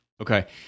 okay